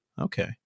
Okay